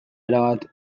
erabat